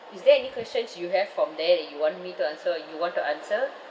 is there any questions you have from there that you want me to answer or you want to answer